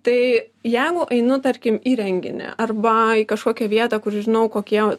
tai jeigu einu tarkim į renginį arba į kažkokią vietą kur žinau kokie